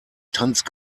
tanzt